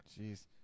Jeez